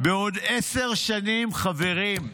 בעוד עשר שנים, חברים,